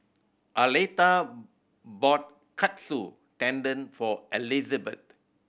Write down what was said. Aleta bought Katsu Tendon for Elizbeth